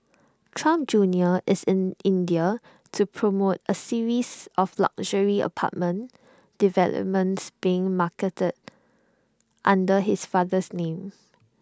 Trump junior is in India to promote A series of luxury apartment developments being marketed under his father's name